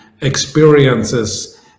experiences